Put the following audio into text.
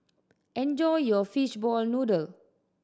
enjoy your fishball noodle